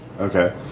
Okay